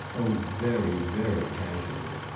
oh very, very casually.